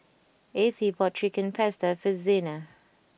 Ethie bought Chicken Pasta for Zena